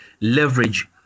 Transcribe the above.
leverage